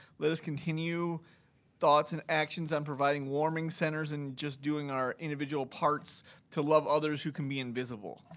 let us continue thoughts and actions on providing warming centers and just doing our individual parts to love others who can be invisible.